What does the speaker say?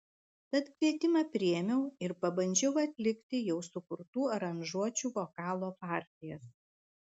tad kvietimą priėmiau ir pabandžiau atlikti jau sukurtų aranžuočių vokalo partijas